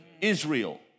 Israel